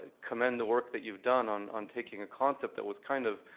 commend the work that you've done on on taking a concept that was kind of